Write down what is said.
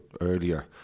earlier